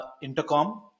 intercom